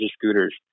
scooters